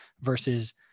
versus